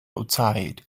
outside